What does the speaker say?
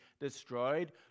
destroyed